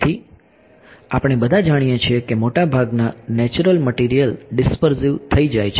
તેથી આપણે બધા જાણીએ છીએ કે મોટાભાગના નેચરલ મટીરીયલ્સ ડીસ્પર્ઝીવ થઇ જાય છે